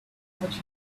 much